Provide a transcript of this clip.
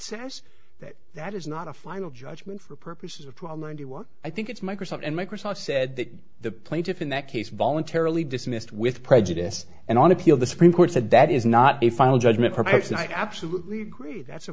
says that that is not a final judgment for purposes of trial ninety one i think it's microsoft and microsoft said that the plaintiffs in that case voluntarily dismissed with prejudice and on appeal the supreme court said that is not a final judgment perhaps and i absolutely agree that's a